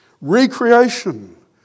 Recreation